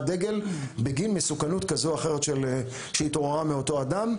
דגל בגין מסוכנות כזאת או אחרת שהתעוררה מאותו אדם,